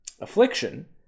affliction